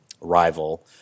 rival